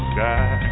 Sky